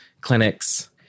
clinics